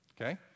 okay